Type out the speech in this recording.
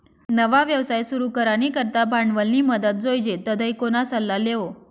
नवा व्यवसाय सुरू करानी करता भांडवलनी मदत जोइजे तधय कोणा सल्ला लेवो